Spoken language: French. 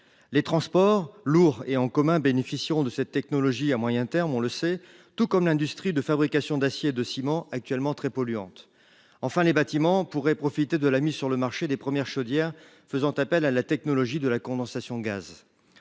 Les transports, lourds et en commun, bénéficieront de cette technologie à moyen terme, tout comme l'industrie de fabrication d'acier et de ciment, actuellement très polluante. Quant aux bâtiments, ils pourraient profiter de la mise sur le marché des premières chaudières faisant appel à la technologie de la condensation de gaz.